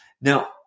now